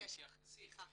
שתתייחסי